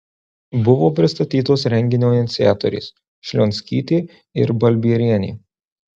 buvo pristatytos renginio iniciatorės šlionskytė ir balbierienė